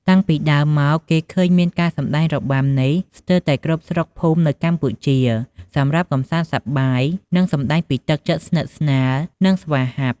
តាំងពីដើមមកគេឃើញមានការសម្ដែងរបាំនេះស្ទើតែគ្រប់ស្រុកភូមិនៅកម្ពុជាសម្រាប់កំសាន្តសប្បាយនិងសម្ដែងពីទឹកចិត្តស្និតស្នាលនិងស្វាហាប់។